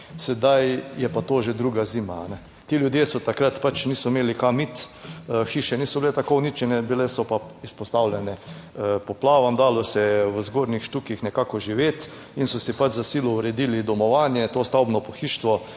sedaj je pa to že druga zima. Ti ljudje so takrat niso imeli kam iti, hiše niso bile tako uničene, bile so pa izpostavljene poplavam, dalo se je v zgornjih štukih nekako živeti, in so si za silo uredili domovanje, to stavbno pohištvo